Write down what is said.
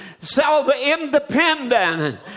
self-independent